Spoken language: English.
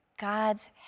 God's